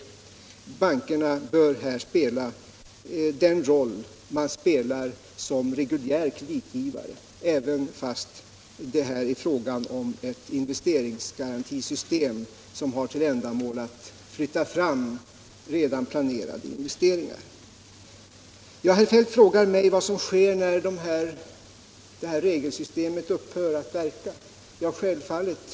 Bankerna bör här spela den roll man spelar som reguljär kreditgivare, även fast det här är frågan om ett investeringsgarantisystem som har till ändamål att flytta fram redan planerade investeringar. Herr Feldt frågar mig vad som sker när det här regelsystemet upphör att verka.